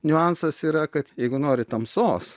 niuansas yra kad jeigu nori tamsos